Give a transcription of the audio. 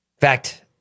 fact